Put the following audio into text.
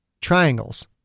triangles